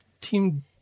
Team